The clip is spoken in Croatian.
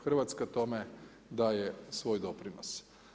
Hrvatska tome daje svoj doprinos.